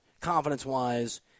confidence-wise